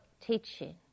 teaching